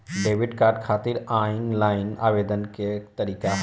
Debit card खातिर online आवेदन के का तरीकि ह?